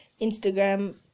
instagram